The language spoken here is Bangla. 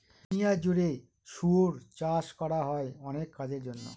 দুনিয়া জুড়ে শুয়োর চাষ করা হয় অনেক কাজের জন্য